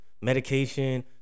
medication